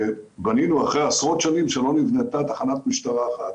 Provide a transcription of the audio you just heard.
בנינו, אחרי עשרות שנים שלא נבנתה תחת משטרה אחת,